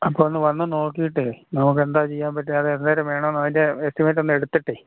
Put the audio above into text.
അപ്പോള് ഒന്ന് വന്നുനോക്കിയിട്ട് നമുക്കെന്താണ് ചെയ്യാൻ പറ്റുക അതെന്തോരം വേണം അതിൻ്റെ എസ്റ്റിമേറ്റ് ഒന്നെടുത്തിട്ട്